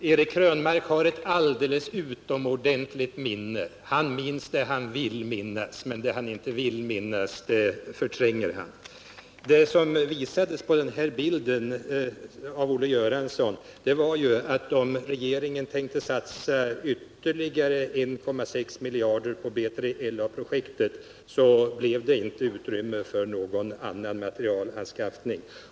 Herr talman! Eric Krönmark har ett alldeles utomordentligt minne — han minns det han vill minnas och förtränger det övriga. Det som visades på bilden av Olle Göransson var att om regeringen tänkte satsa ytterligare 1,6 miljarder på B3LA-projektet så blev det inte något utrymme för andra materielanskaffningar.